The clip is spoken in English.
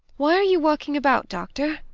why are you walking about, doctor?